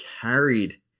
carried